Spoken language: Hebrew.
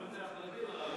גם זה החרדים,